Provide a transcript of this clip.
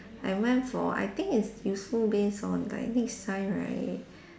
I went for I think it's useful based on like next time right